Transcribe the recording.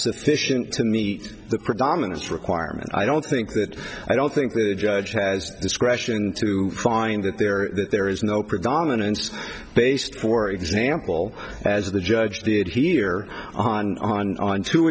sufficient to meet the predominance requirement i don't think that i don't think the judge has discretion to find that there that there is no predominance based for example as the judge did here on on on two